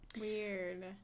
Weird